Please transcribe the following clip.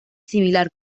similar